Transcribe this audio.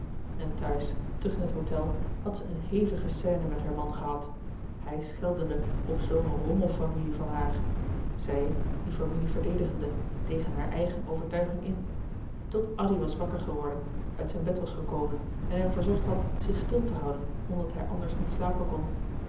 en thuis terug in het hôtel had zij een hevige scène met haar man gehad hij scheldende op zoo een rommelfamilie van haar zij die familie verdedigende tegen haar eigen overtuiging in tot addy was wakker geworden uit zijn bed was gekomen en hen verzocht had zich stil te houden omdat hij anders niet slapen kon